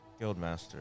guildmaster